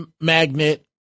magnet